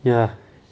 ya